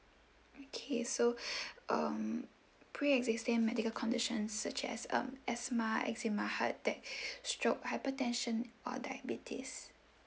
okay so um pre existing medical conditions such as um asthma eczema heart attack stroke hypertension or diabetes